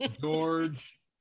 george